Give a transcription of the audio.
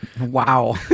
Wow